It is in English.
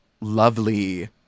lovely